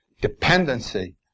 dependency